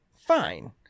fine